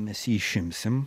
mes jį išimsim